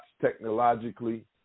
technologically